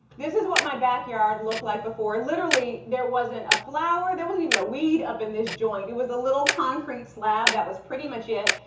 this is what my backyard looked like before. literally, there wasn't a flower. there wasn't even a weed up in this joint. it was a little concrete slab. that was pretty much it.